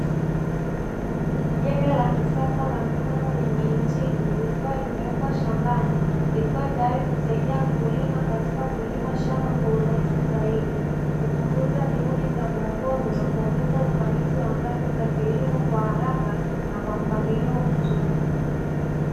Jembe la kisasa la mkono lenye injini likiwa limewekwa shambani likiwa tayari kusaidia mkulima katika kulima shamba kwa urahisi zaidi, kupunguza juhudi za muongozo na kuongeza ufanisi wa kazi za kilimo kwa haraka na kwa mpangilio mzuri.